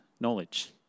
knowledge